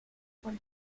for